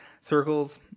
Circles